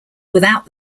without